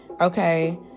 okay